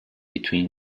between